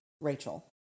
Rachel